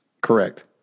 Correct